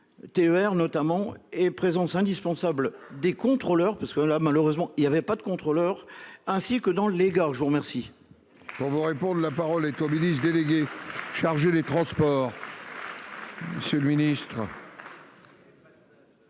TER notamment et présence indispensable des contrôleurs. Parce que là malheureusement il n'y avait pas de contrôleurs, ainsi que dans les gares. Je vous remercie. Pour vous répondre. La parole est comme ministre déléguée. Chargée des transports. Seul ministre.--